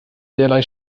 derlei